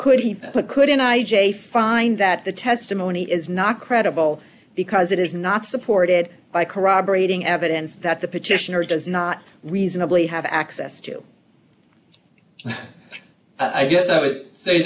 could he put could in i j find that the testimony is not credible because it is not supported by corroborating evidence that the petitioner does not reasonably have access to and i guess i would say